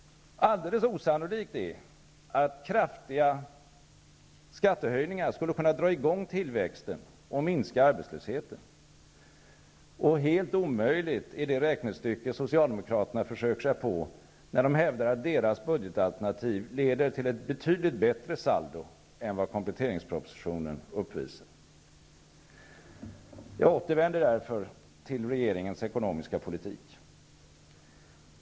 Alldeles osannolikt är det att kraftiga skattehöjningar skulle kunna dra i gång tillväxten och minska arbetslösheten. Och helt omöjligt är det räknestycke socialdemokraterna försöker sig på, när de hävdar att deras budgetalternativ leder till ett betydligt bättre saldo än vad kompletteringspropositionen uppvisar. Jag återvänder därför till regeringens ekonomiska politik.